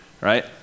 right